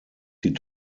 die